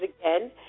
again